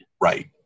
Right